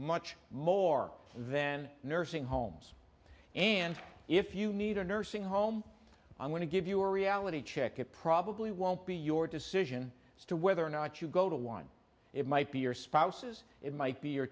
much more than nursing homes and if you need a nursing home i'm going to give you a reality check it probably won't be your decision as to whether or not you go to one it might be your spouses it might be your